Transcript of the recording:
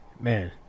Man